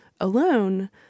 alone